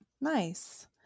nice